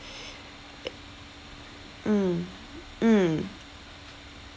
mm mm